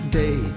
day